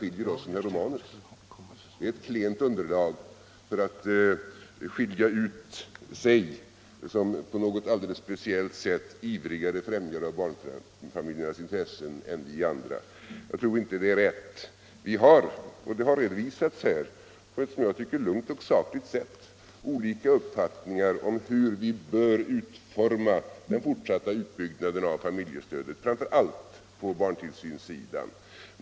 Det är ett klent underlag för att skilja ut sig som en på något alldeles speciellt sätt ivrigare främjare av barnfamiljernas intresse än vi andra. Jag tror att det inte är riktigt. Vi har — och det har redovisats här på ett enligt min mening lugnt och sakligt sätt — olika uppfattningar om hur vi bör utforma den fortsatta utbyggnaden av familjestödet, framför allt på barntillsynssidan.